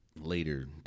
later